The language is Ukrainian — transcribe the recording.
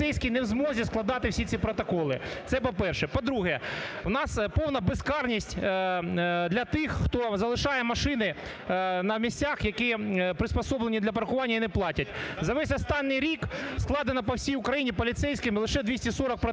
Поліцейські не в змозі складати всі ці протоколи. Це по-перше. По-друге, у нас повна безкарність для тих, хто залишає машини на місцях, які прилаштовані для паркування і не платять. За весь останній рік складено по всій Україні поліцейськими лише 240 протоколів.